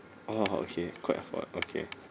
oh okay quite afford okay